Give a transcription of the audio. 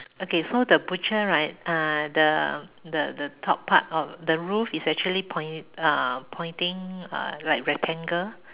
okay so the butcher right uh the the the top part of the roof is actually pointing uh pointing like rectangle